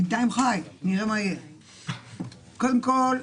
קודם כול,